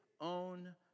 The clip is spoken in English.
own